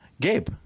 gabe